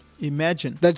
Imagine